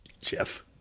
Jeff